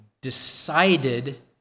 decided